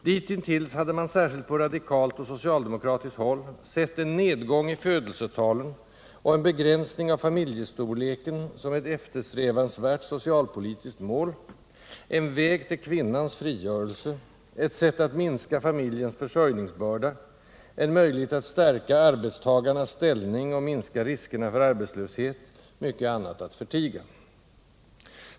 Ditintills hade man särskilt på radikalt och socialdemokratiskt håll sett en nedgång i födelsetalen och en begränsning av familjestorleken som ett eftersträvansvärt socialpolitiskt mål: en väg till kvinnans frigörelse, ett sätt att minska familjens försörjningsbörda, en möjlighet att stärka arbetstagarnas ställning och minska riskerna för arbetslöshet — mycket annat att förtiga.